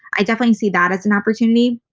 i definitely see that as an opportunity.